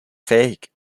fähig